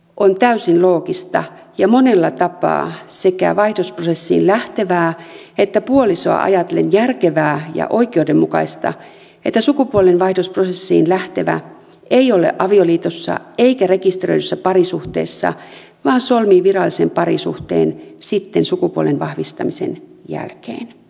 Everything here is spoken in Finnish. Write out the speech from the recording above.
on täysin loogista ja monella tapaa sekä vaihdosprosessiin lähtevää että puolisoa ajatellen järkevää ja oikeudenmukaista että sukupuolenvaihdosprosessiin lähtevä ei ole avioliitossa eikä rekisteröidyssä parisuhteessa vaan solmii virallisen parisuhteen sitten sukupuolen vahvistamisen jälkeen